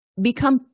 become